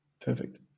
Perfect